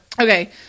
Okay